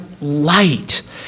light